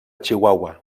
chihuahua